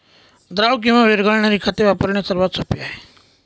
द्रव किंवा विरघळणारी खते वापरणे सर्वात सोपे आहे